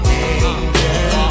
angel